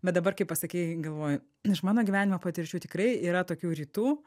bet dabar kai pasakei galvoju iš mano gyvenimo patirčių tikrai yra tokių rytų